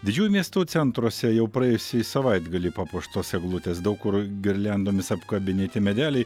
didžiųjų miestų centruose jau praėjusį savaitgalį papuoštos eglutės daug kur girliandomis apkabinėti medeliai